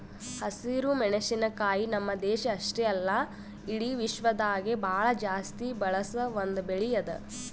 ಹಸಿರು ಮೆಣಸಿನಕಾಯಿ ನಮ್ಮ್ ದೇಶ ಅಷ್ಟೆ ಅಲ್ಲಾ ಇಡಿ ವಿಶ್ವದಾಗೆ ಭಾಳ ಜಾಸ್ತಿ ಬಳಸ ಒಂದ್ ಬೆಳಿ ಅದಾ